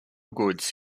goods